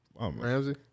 Ramsey